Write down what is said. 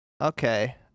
Okay